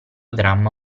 dramma